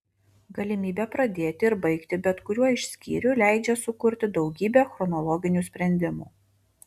galimybė pradėti ir baigti bet kuriuo iš skyrių leidžia sukurti daugybę chronologinių sprendimų